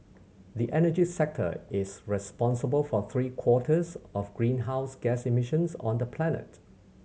the energy sector is responsible for three quarters of greenhouse gas emissions on the planet